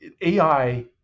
AI